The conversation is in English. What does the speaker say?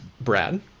brad